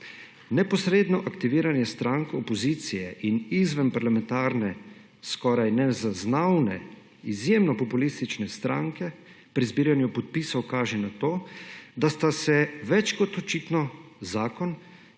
Neposredno aktiviranje strank opozicije in izvenparlamentarne, skoraj nezaznavne, izjemno populistične stranke pri zbiranju podpisov kaže na to, da sta se več kot očitno zakon